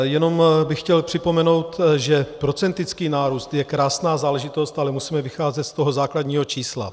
Jenom bych chtěl připomenout, že procentický nárůst je krásná záležitost, ale musíme vycházet ze základního čísla.